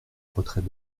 retrait